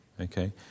Okay